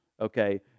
okay